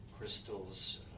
Crystal's